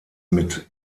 mit